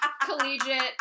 collegiate